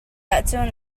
ahcun